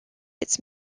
its